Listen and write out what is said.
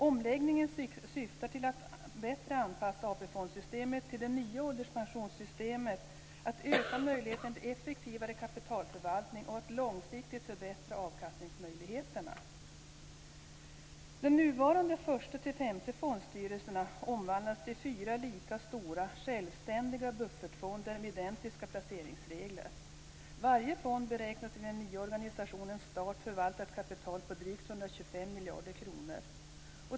Omläggningen syftar till att bättre anpassa AP-fondssystemet till det nya ålderspensionssystemet, att öka möjligheterna till en effektivare kapitalförvaltning och att långsiktigt förbättra avkastningsmöjligheterna. De nuvarande första-femte fondstyrelserna omvandlas till fyra lika stora, självständiga buffertfonder med identiska placeringsregler. Varje fond beräknas vid den nya organisationens start förvalta ett kapital på drygt 125 miljarder kronor.